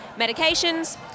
medications